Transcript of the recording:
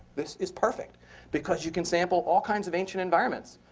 this is perfect because you can sample all kinds of ancient environments,